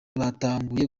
batanguye